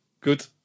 Good